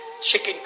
chicken